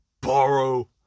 borrow